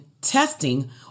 Testing